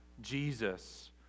Jesus